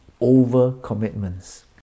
over-commitments